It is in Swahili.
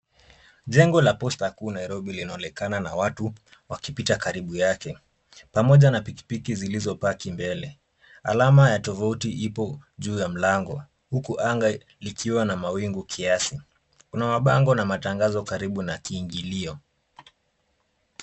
Jengo la Posta kuu Nairobi linaonekana na watu wakipita karibu yake. Pamoja na pikipiki zilizopaki mbele. Alama ya tofauti ipo juu ya mlango huku anga likiwa na mawingu kiasi, kuna mabango na matangazo karibu na kiingilio.